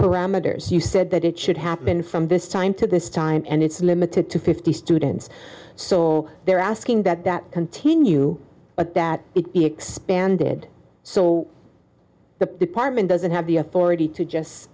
parameters you said that it should happen from this time to this time and it's limited to fifty students so they're asking that that continue but that it be expanded so the department doesn't have the authority to just